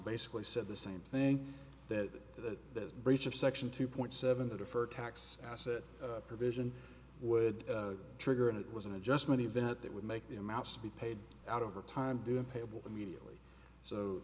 basically said the same thing that the breach of section two point seven that of her tax asset provision would trigger and it was an adjustment event that would make the amounts to be paid out over time doing payable immediately so